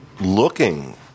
looking